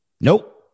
Nope